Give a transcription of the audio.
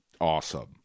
awesome